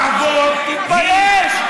תפסיקו עם הצביעות.